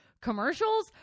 commercials